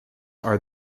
are